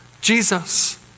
Jesus